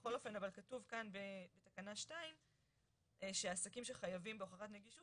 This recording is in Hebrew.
אבל בכל אופן כתוב כאן בתקנה 2 שהעסקים שחייבים בהוכחת נגישות